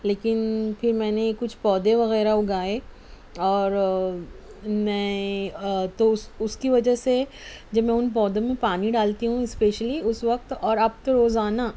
لیکن پھر میں نے کچھ پودے وغیرہ اگائے اور میں تو اُس اُس کی وجہ سے جب میں اُن پودوں میں پانی ڈالتی ہوں اسپیشلی اُس وقت اور اب تو روزانہ